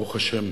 ברוך השם